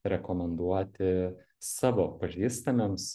rekomenduoti savo pažįstamiems